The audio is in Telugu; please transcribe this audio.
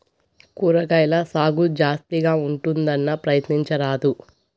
కూరగాయల సాగు జాస్తిగా ఉంటుందన్నా, ప్రయత్నించరాదూ